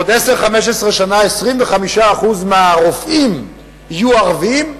בעוד 10 15 שנה 25% מהרופאים יהיו ערבים,